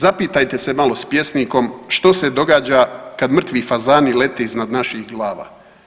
Zapitajte se malo s pjesnikom, što se događa kad mrtvi fazani lete iznad naših glavi.